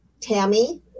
Tammy